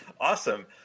Awesome